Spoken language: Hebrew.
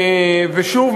ושוב,